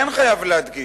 אבל אני כן חייב להדגיש,